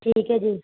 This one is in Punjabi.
ਠੀਕ ਹੈ ਜੀ